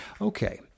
Okay